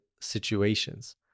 situations